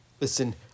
Listen